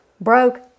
broke